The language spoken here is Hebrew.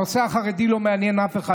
הנושא החרדי לא מעניין אף אחד.